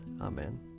Amen